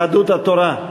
של יהדות התורה,